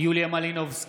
יוליה מלינובסקי,